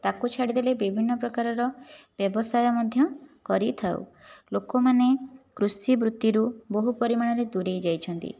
ତା'କୁ ଛାଡ଼ିଦେଲେ ବିଭିନ୍ନ ପ୍ରକାରର ବ୍ୟବସାୟ ମଧ୍ୟ କରିଥାଉ ଲୋକମାନେ କୃଷି ବୃତ୍ତିରୁ ବହୁ ପରିମାଣରେ ଦୂରେଇ ଯାଇଛନ୍ତି